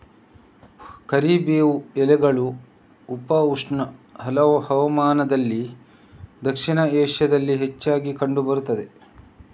ಕರಿಬೇವು ಎಲೆಗಳು ಉಪ ಉಷ್ಣ ಹವಾಮಾನದಲ್ಲಿ ಕಾಣಬಹುದಾಗಿದ್ದು ದಕ್ಷಿಣ ಏಷ್ಯಾದಲ್ಲಿ ಹೆಚ್ಚಾಗಿ ಕಂಡು ಬರುತ್ತವೆ